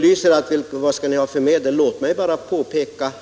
Låt mig dock få påpeka